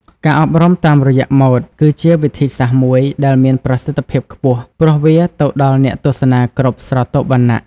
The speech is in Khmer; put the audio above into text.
ការអប់រំតាមរយៈម៉ូដគឺជាវិធីសាស្ត្រមួយដែលមានប្រសិទ្ធភាពខ្ពស់ ព្រោះវាទៅដល់អ្នកទស្សនាគ្រប់ស្រទាប់វណ្ណៈ។